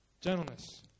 Gentleness